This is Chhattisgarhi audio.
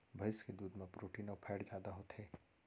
भईंस के दूद म प्रोटीन अउ फैट जादा होथे